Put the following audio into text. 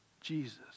Jesus